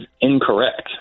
incorrect